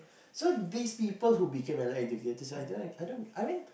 so these people who became Allied-Educators I don't I mean